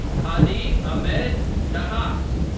hadi ahmed dahas.